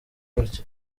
gutya